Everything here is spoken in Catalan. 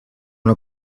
una